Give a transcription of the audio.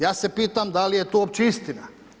Ja se pitam da li je to uopće istina.